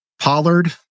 Pollard